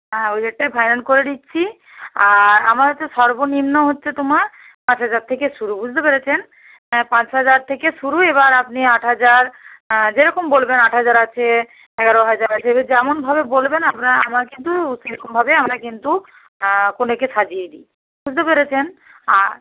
হ্যাঁ ওই ডেটটাই ফাইনাল করে দিচ্ছি আর আমার হচ্চে সর্বনিম্ন হচ্চে তোমার পাঁচ হাজার থেকে শুরু বুঝতে পেরেছেন পাঁচ হাজার থেকে শুরু এবার আপনি আট হাজার যেরকম বলবেন আট হাজার আছে এগারো হাজার আছে এবার যেমনভাবে বলবেন আপনারা আমার কিন্তু সেরকমভাবেই আমরা কিন্তু কনেকে সাজিয়ে দিই বুঝতে পেরেছেন আর